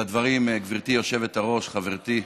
לדברים, גברתי היושבת-ראש, חברתי רויטל,